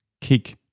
kick